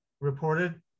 reported